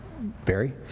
Barry